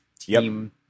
team